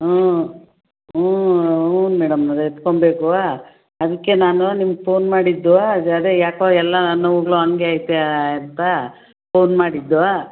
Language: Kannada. ಹಾಂ ಹ್ಞೂ ಹ್ಞೂ ಮೇಡಂನವರೇ ಎತ್ಕೊಬೇಕು ಅದಕ್ಕೆ ನಾನು ನಿಮಗೆ ಫೋನ್ ಮಾಡಿದ್ದು ಅದು ಅದೇ ಯಾಕೋ ಎಲ್ಲ ನನ್ನ ನೋವುಗಳು ಹಾಗೆ ಐತೆ ಅಂತ ಫೋನ್ ಮಾಡಿದ್ದು